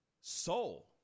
Soul